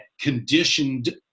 conditioned